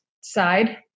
side